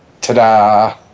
Ta-da